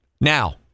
now